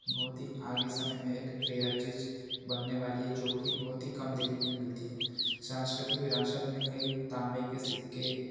बहुत ही आगे समय में एक रेयर चीज़ बनने वाली है जो कि बहुत ही कम देखने के लिए मिलती है सांस्कृतिक विरासत में कई ताम्बे के सिक्के